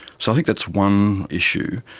so i think that's one issue.